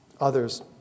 others